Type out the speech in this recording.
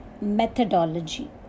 methodology